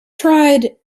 tried